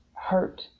hurt